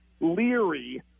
leery